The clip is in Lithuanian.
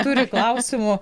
turi klausimų